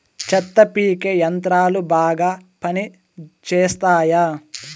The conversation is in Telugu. చెత్త పీకే యంత్రాలు బాగా పనిచేస్తాయా?